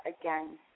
again